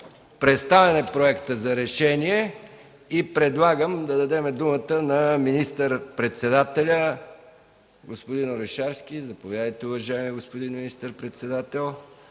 Представен е Проектът за решение. Предлагаме да дадем думата на министър-председателя господин Орешарски. Заповядайте, уважаеми господин министър-председател,